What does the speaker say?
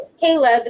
Caleb